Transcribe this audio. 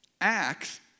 Acts